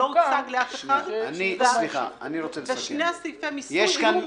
הוא לא הוצג לאף אחד ושני סעיפי המיסוי היו מושחרים.